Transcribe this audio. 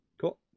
Cool